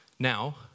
Now